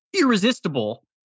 irresistible